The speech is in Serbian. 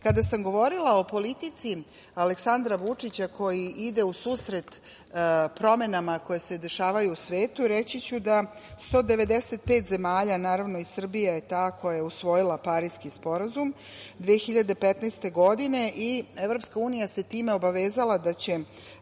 sam govorila o politici Aleksandra Vučića, koji ide u susret promenama koje se dešavaju u svetu, reći ću da 195 zemalja, naravno, i Srbija je ta koja je usvojila Pariski sporazum 2015. godine i EU se time obavezala da će